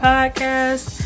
Podcast